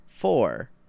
Four